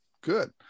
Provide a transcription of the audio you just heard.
Good